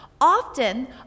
Often